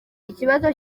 ikibazo